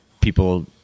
people